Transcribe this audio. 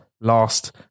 last